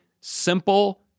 simple